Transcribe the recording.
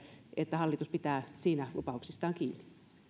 että hallitus pitää siinä lupauksistaan kiinni